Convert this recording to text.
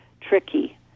tricky